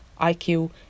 IQ